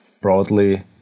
broadly